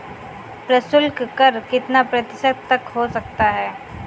प्रशुल्क कर कितना प्रतिशत तक हो सकता है?